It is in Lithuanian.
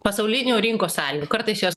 pasaulinių rinkos sąlygų kartais jos